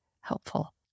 helpful